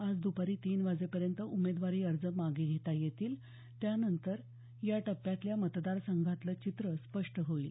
आज दुपारी तीन वाजेपर्यंत उमेदवारी अर्ज मागे घेता येतील त्यानंतर या मतदार संघांतील चित्र स्पष्ट होईल